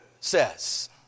says